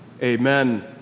Amen